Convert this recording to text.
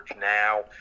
now